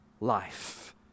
life